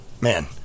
man